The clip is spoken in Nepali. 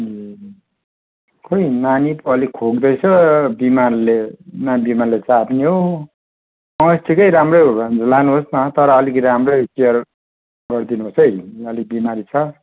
ए खोइ नानी पो अलिक खोक्दैछ बिमारले न बिमारले चाप्ने हो ठिकै राम्रै हो भने त लानुहोस् न तर अलिक राम्रै केयर गरिदिनुहोस् है अलि बिमारी छ